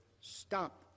stop